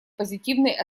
позитивной